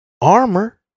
armor